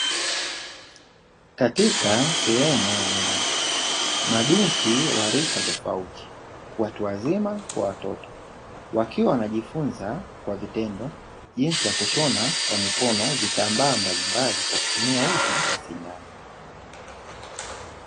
Katika sehemu ya darasa mabinti wa rika tofauti watu wazima kwa watoto, wakiwa wanajifunza kwa vitendo, jinsi ya kushona kwa mikono vitambaa mbalimbali kwa kutumia uzi na sindano.